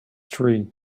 tree